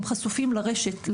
הם חשופים לרשת,